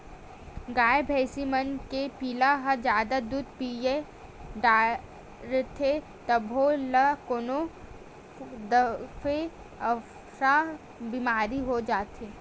गाय भइसी मन के पिला ह जादा दूद पीय डारथे तभो ल कोनो दफे अफरा बेमारी हो जाथे